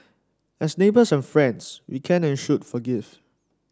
as neighbours and friends we can and should forgive